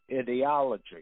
ideology